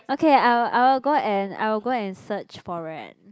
okay I'll I'll go and I will go and search for it